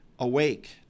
awake